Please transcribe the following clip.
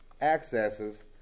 accesses